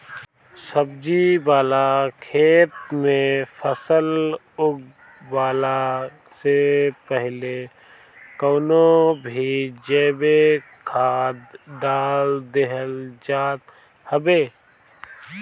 सब्जी वाला खेत में फसल उगवला से पहिले कवनो भी जैविक खाद डाल देहल जात हवे